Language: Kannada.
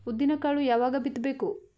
ಉದ್ದಿನಕಾಳು ಯಾವಾಗ ಬಿತ್ತು ಬೇಕು?